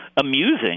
amusing